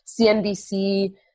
CNBC